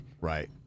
right